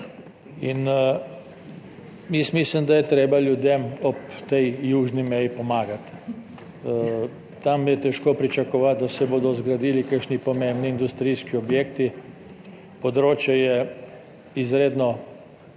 Mislim, da je treba ljudem ob tej južni meji pomagati. Tam je težko pričakovati, da se bodo zgradili kakšni pomembni industrijski objekti. Področje je izredno